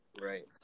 Right